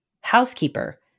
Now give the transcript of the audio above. housekeeper